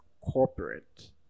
corporate